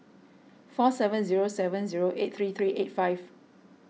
four seven zero seven zero eight three three eight five